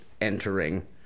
entering